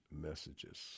messages